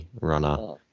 runner